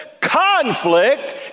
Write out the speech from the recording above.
Conflict